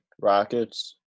Rockets